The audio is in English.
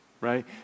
right